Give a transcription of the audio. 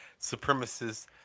supremacists